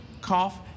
cough